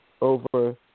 over